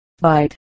Bite